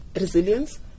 resilience